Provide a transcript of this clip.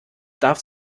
darf